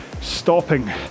stopping